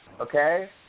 okay